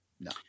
No